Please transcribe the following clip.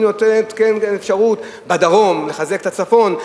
אני נותנת אפשרות בדרום, לחזק את הצפון.